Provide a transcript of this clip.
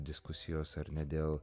diskusijos ar ne dėl